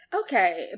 Okay